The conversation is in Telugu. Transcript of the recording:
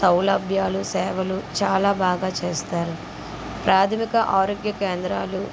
సౌలభ్యాలు సేవలు చాలా బాగా చేస్తారు ప్రాథమిక ఆరోగ్య కేంద్రాలు